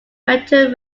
metal